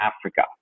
Africa